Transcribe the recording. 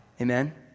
Amen